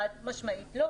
חד-משמעית לא.